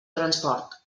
transport